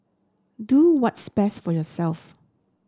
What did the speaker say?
do what's best for yourself